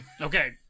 Okay